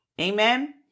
Amen